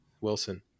Wilson